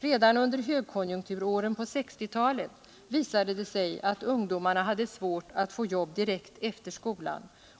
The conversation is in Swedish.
Redan under högkonjunkturåren på 1960-talet visade det sig att ungdomarna hade svårt att få jobb direkt efter skolan.